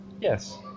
Yes